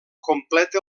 completa